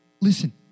listen